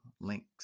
links